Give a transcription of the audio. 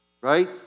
Right